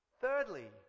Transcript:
Thirdly